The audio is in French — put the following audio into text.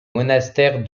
monastère